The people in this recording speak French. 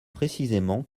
précisément